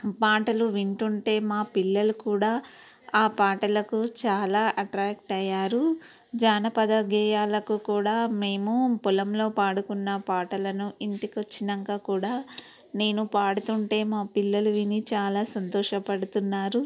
పాటలు వింటుంటే మా పిల్లలు కూడా ఆ పాటలకు చాలా అట్రాక్ట్ అయ్యారు జానపద గేయాలకు కూడా మేము పొలంలో పాడుకున్న పాటలను ఇంటికొచ్చినాక కూడా నేను పాడుతుంటే మా పిల్లలు విని చాలా సంతోషపడుతున్నారు